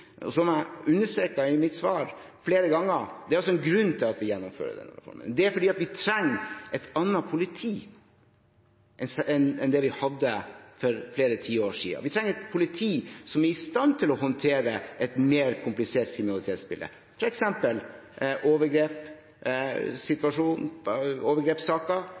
Som jeg understreket i mitt svar flere ganger: Det er en grunn til at vi gjennomfører denne reformen. Det er fordi vi trenger et annet politi enn det vi hadde for flere tiår siden. Vi trenger et politi som er i stand til å håndtere et mer komplisert kriminalitetsbilde,